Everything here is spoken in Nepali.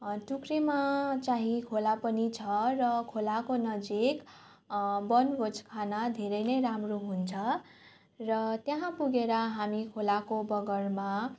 टुक्रेमा चाहिँ खोला पनि छ र खोलाको नजिक वनभोज खान धेरै नै राम्रो हुन्छ र त्यहाँ पुगेर हामी खोलाको बगरमा